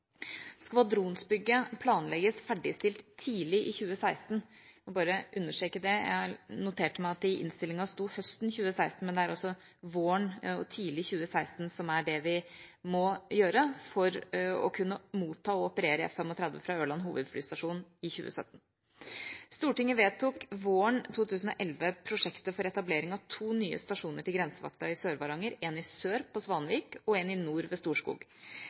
Skvadronsbygget planlegges ferdigstilt tidlig i 2016, jeg vil bare understreke det. Jeg noterte meg at det i innstillinga sto høsten 2016, men tidspunktet er altså tidlig i 2016 for å kunne motta og operere F-35 fra Ørland hovedflystasjon i 2017. Stortinget vedtok våren 2011 prosjektet for etablering av to nye stasjoner til grensevakta i Sør-Varanger, én i sør, i Svanvik, og en i nord, ved Storskog.